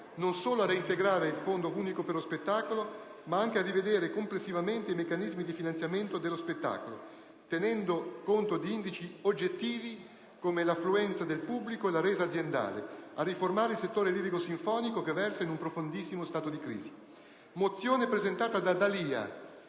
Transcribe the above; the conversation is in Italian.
non solo a reintegrare il Fondo unico per lo spettacolo, ma anche a rivedere complessivamente i meccanismi di finanziamento dello spettacolo, tenendo conto di indici oggettivi, come l'affluenza del pubblico e la resa aziendale, nonché a riformare il settore lirico sinfonico, che versa in un profondissimo stato di crisi. Sulla mozione n.